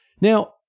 Now